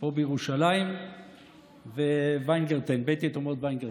פה בירושלים ובית יתומות וינגרטן.